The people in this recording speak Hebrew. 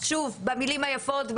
שוב במילים היפות,